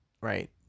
right